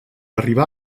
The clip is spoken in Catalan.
arribar